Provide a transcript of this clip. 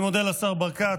אני מודה לשר ברקת.